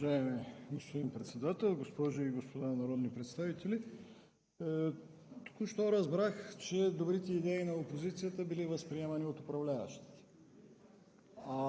Уважаеми господин Председател, госпожи и господа народни представители! Току-що разбрах, че добрите идеи на опозицията били възприемани от управляващите.